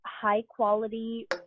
high-quality